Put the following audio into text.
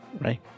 Right